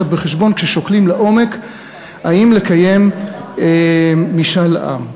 בחשבון כששוקלים לעומק אם לקיים משאל עם.